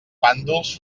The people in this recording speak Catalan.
pàndols